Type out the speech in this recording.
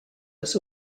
its